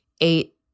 eight